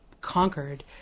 conquered